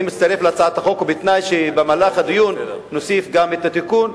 אני מצטרף להצעת החוק ובתנאי שבמהלך הדיון נוסיף גם את התיקון,